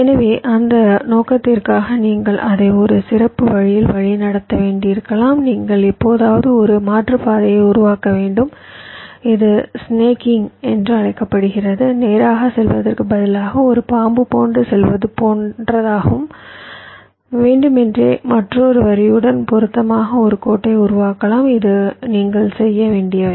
எனவே அந்த நோக்கத்திற்காக நீங்கள் அதை ஒரு சிறப்பு வழியில் வழிநடத்த வேண்டியிருக்கலாம் நீங்கள் எப்போதாவது ஒரு மாற்றுப்பாதையை உருவாக்க வேண்டும் இது ஸ்னேக்கிங் என்று அழைக்கப்படுகிறது நேராக செல்வதற்கு பதிலாகஒரு பாம்பு போன்று செல்வது போல செல்வதாகும் வேண்டுமென்றே மற்றொரு வரியுடன் பொருத்தமாக ஒரு கோட்டை உருவாக்கலாம் இது நீங்கள் செய்ய வேண்டியவை